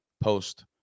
post